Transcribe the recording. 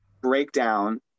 breakdown